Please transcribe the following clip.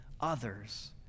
others